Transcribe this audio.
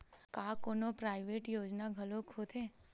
का कोनो प्राइवेट योजना घलोक होथे?